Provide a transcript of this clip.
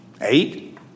Eight